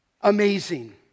Amazing